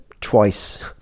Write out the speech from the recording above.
twice